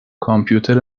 کامپیوتر